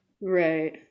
right